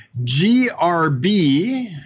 GRB